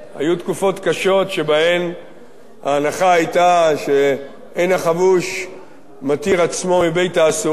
היו תקופות קשות שבהן ההנחה היתה שאין החבוש מתיר עצמו מבית-האסורים,